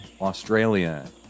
Australia